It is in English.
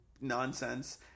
nonsense